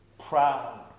proud